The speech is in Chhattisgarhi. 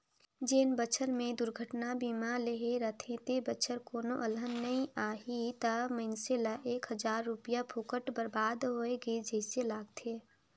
जेन बच्छर मे दुरघटना बीमा लेहे रथे ते बच्छर कोनो अलहन नइ आही त मइनसे ल एक हजार रूपिया फोकट बरबाद होय गइस जइसे लागथें